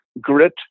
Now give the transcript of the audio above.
Grit